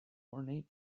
ornate